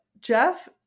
jeff